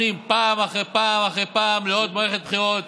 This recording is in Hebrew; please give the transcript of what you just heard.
מושכים פעם אחרי פעם אחרי פעם לעוד מערכת בחירות